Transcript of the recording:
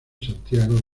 santiago